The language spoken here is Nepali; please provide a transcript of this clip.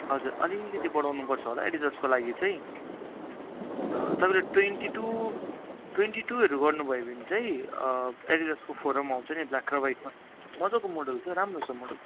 हजुर अलिकिति बढाउनु पर्छ होला एडिडासको लागि चाहिँ अन्त तपाईँले ट्वेन्टी टू ट्वेन्टी टूहरू गर्नु भयो भने चाहिँ एडिडासको फोरम आउँछ नि ब्ल्याक र वाइटमा मज्जाको मोडल राम्रो छ मोडल